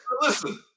Listen